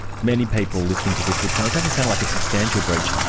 many people listening to this would say it doesn't sound like a substantial breach,